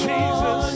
Jesus